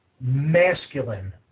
masculine